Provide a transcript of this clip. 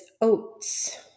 oats